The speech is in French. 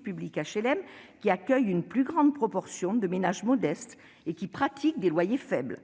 publics HLM, qui accueillent une plus grande proportion de ménages modestes et qui pratiquent des loyers faibles.